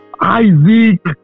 Isaac